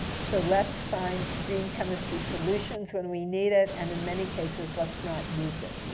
so let's find green chemistry solutions when we need it. and in many cases, let's not use it.